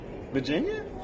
Virginia